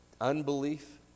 unbelief